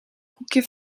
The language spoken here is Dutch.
koekje